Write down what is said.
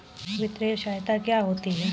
वित्तीय सहायता क्या होती है?